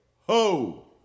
Ho